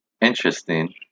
Interesting